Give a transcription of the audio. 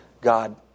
God